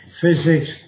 physics